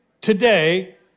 today